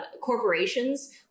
corporations